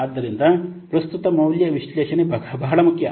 ಆದ್ದರಿಂದ ಪ್ರಸ್ತುತ ಮೌಲ್ಯ ವಿಶ್ಲೇಷಣೆ ಬಹಳ ಮುಖ್ಯ